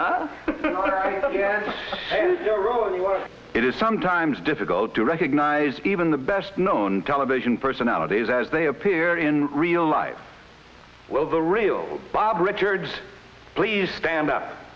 work it is sometimes difficult to recognise even the best known television personalities as they appear in real life well the real bob richards please stand up